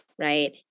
right